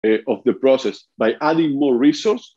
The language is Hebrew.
of the process by adding more resource.